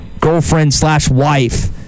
girlfriend-slash-wife